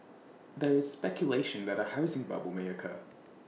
there is speculation that A housing bubble may occur